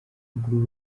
kugura